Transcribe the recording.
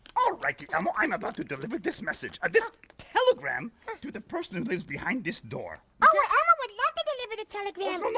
alrighty elmo, i'm about to deliver this message. this telegram to the person who lives behind this door. oh elmo would love to deliver the telegram.